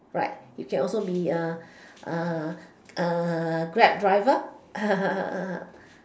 right you can also be grab driver